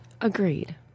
Agreed